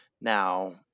Now